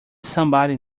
somebody